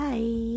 Bye